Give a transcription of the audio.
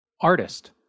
Artist